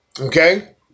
Okay